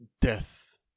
Death